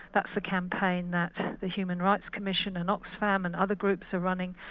that's the campaign that the human rights commission, and oxfam and other groups are running,